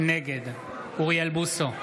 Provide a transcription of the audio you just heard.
נגד אוריאל בוסו,